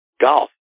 golf